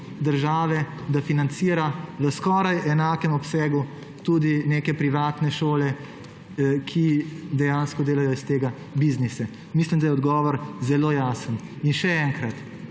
države, da financira v skoraj enakem obsegu tudi neke privatne šole, ki dejansko delajo iz tega biznise? Mislim, da je odgovor zelo jasen. Še enkrat,